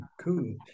cool